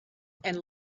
and